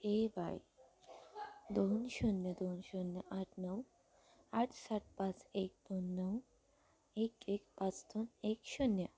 ए Y दोन शून्य दोन शून्य आठ नऊ आठ सात पाच एक दोन नऊ एक पाच दोन एक शून्य